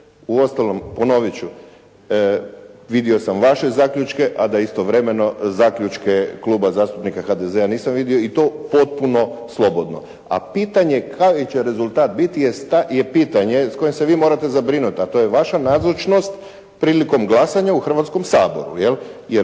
Uostalom ponovit ću. Vidio sam vaše zaključke a da istovremeno zaključke Kluba zastupnika HDZ-a nisam vidio i to potpuno slobodno. A pitanje kakav će rezultat biti je pitanje s kojim se vi morate zabrinuti a to je vaša nazočnost prilikom glasanja u Hrvatskom saboru jel?